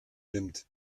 nimmt